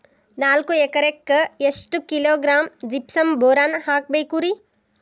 ನಾಲ್ಕು ಎಕರೆಕ್ಕ ಎಷ್ಟು ಕಿಲೋಗ್ರಾಂ ಜಿಪ್ಸಮ್ ಬೋರಾನ್ ಹಾಕಬೇಕು ರಿ?